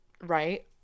right